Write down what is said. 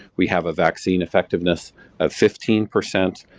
we have a vaccine effectiveness of fifteen percent